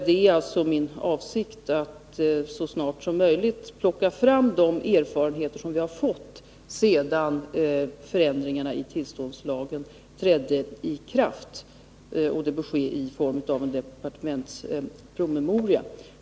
Det är alltså min avsikt att så snart som möjligt plocka fram de erfarenheter som vi har fått sedan förändringarna i tillståndslagen trädde i kraft. Det bör ske i form av en departementspromemoria.